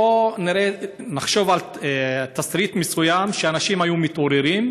בוא נחשוב על תסריט מסוים: אנשים היו מתעוררים,